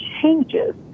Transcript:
changes